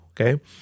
Okay